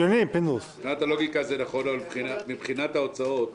מבחינת הלוגיקה זה נכון אבל מבחינת ההוצאות,